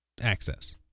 access